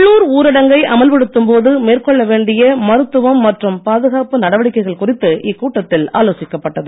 உள்ளூர் ஊரடங்கை அமல்படுத்தும் போது மேற்கொள்ள வேண்டிய மருத்துவம் மற்றும் பாதுகாப்பு நடவடிக்கைகள் குறித்து இக்கூட்டத்தில் ஆலோசிக்கப் பட்டது